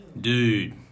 Dude